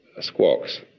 squawks